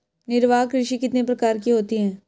निर्वाह कृषि कितने प्रकार की होती हैं?